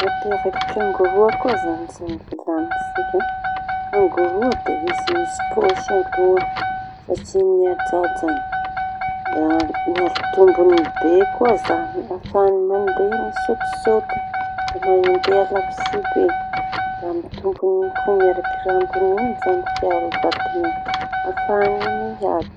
Ny mampiavaky kangoroa koa zañy zao volañintsika. Kangoroa da izy misy pôsy aloha fasiañy ajajany. Da miaro tongoñy be koa zañy da afahañy mandea misötisöty da mandea alavitsy be. Amy tongoñy ko miaraky ramboñy iñy zañy fiarovan-teñany afahany miady.